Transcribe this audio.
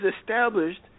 established